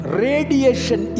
radiation